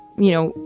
you know,